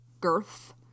girth